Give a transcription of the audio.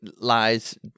lies